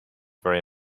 very